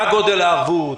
מה גודל הערבות,